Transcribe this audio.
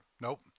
Nope